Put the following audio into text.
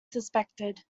suspected